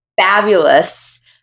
fabulous